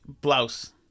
Blouse